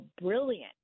brilliant